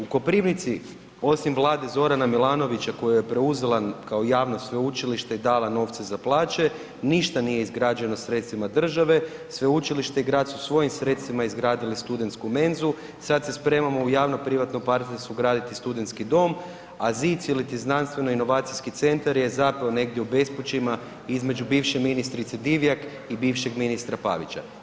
U Koprivnici osim Vlade Zorana Milanovića koju je preuzela kao javno sveučilište i dala novce za plaće, ništa nije izgrađeno sredstvima države, sveučilište i grad su svojim sredstvima izgradili studentski menzu, sad se spremamo u javno-privatno partnerstvo graditi studentski dom, a ZIC iliti znanstveno-inovacijski centar je zapeo negdje u bespućima između bivše ministrice Divjak i bivšeg ministra Pavića.